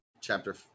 Chapter